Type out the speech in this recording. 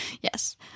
Yes